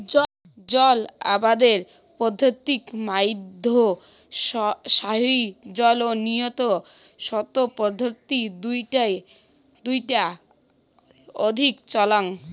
জল আবাদের পদ্ধতিত মইধ্যে স্থায়ী জল ও নিয়ন্ত্রিত সোত পদ্ধতি দুইটা অধিক চলাং